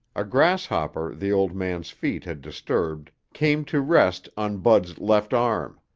a grasshopper the old man's feet had disturbed came to rest on bud's left arm.